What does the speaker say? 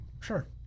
Sure